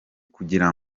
kugira